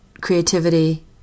creativity